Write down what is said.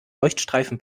leuchtstreifen